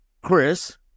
Chris